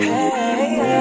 Hey